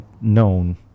known